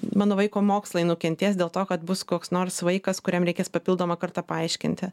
mano vaiko mokslai nukentės dėl to kad bus koks nors vaikas kuriam reikės papildomą kartą paaiškinti